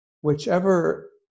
whichever